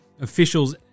officials